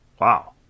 Wow